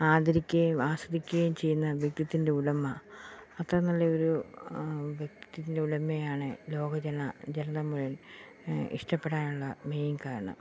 ആദരിക്കുകയും ആസ്വദിക്കയും ചെയ്യുന്ന വ്യക്തിത്വത്തിൻ്റെ ഉടമ അത്ര നല്ല ഒരു വ്യക്തിത്വത്തിൻ്റെ ഉടമയാണ് ലോകജനം ഇഷ്ടപ്പെടാനുള്ള മെയിൻ കാരണം